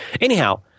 Anyhow